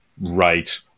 right